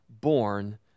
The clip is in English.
born